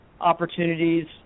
opportunities